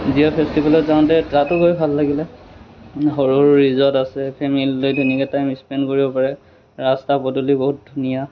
জীয় ফেষ্টিভেলত যাওঁতে তাতো গৈ ভাল লাগিলে সৰু সৰু ৰিজৰ্ট আছে ফেমেলি লৈ ধুনীয়াকৈ টাইম স্পেণ্ড কৰিব পাৰে ৰাস্তা পদূলি বহুত ধুনীয়া